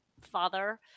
father